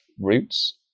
roots